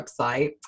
website